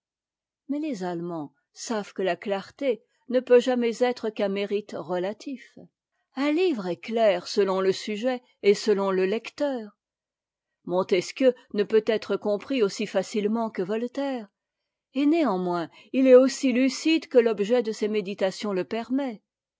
mais les allemands savent que la ctarté ne peut jamais être qu'un mérite relatif un livre est clair selon le sujet et selon le lecteur montesquieu ne peut être compris aussi facilement que voltaire et néanmoins il est aussi lucide que l'objet de ses méditations le permet